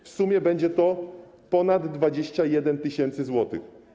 W sumie będzie to ponad 21 tys. zł.